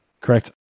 Correct